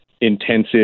intensive